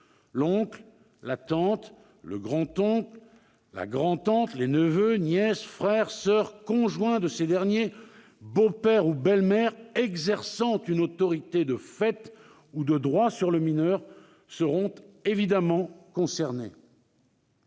L'oncle, la tante, le grand-oncle et la grand-tante, les neveux, nièces, frères et soeurs, les conjoints de ces derniers, les beaux-pères ou les belles-mères exerçant une autorité de fait ou de droit sur le mineur seront évidemment concernés.